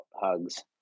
hugs